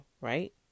right